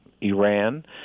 Iran